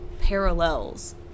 parallels